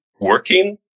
working